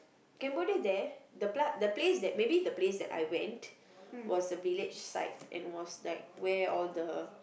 Cambodia there the pla~ the place maybe the place that I went was a village side and was like where all the